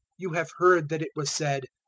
you have heard that it was said,